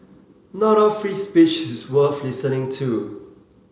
not all free speech is worth listening to